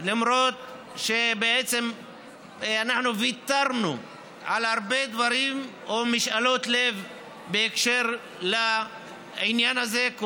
למרות שאנחנו ויתרנו על הרבה דברים או משאלות לב בהקשר של העניין הזה,